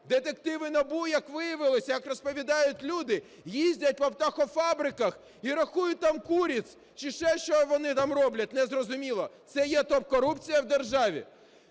детективи НАБУ, як виявилося, як розповідають люди, їздять по птахофабриках і рахують там куриц чи ще, що вони там роблять, незрозуміло. Це є топ-корупція в державі.